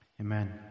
Amen